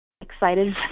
excited